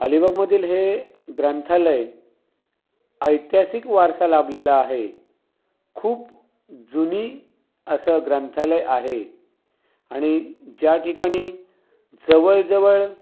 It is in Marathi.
अलीबागमधील हे ग्रंथालय ऐतिहासिक वारसा लाभलेलं आहे खूप जुनी असं ग्रंथालय आहे आणि ज्या ठिकाणी जवळजवळ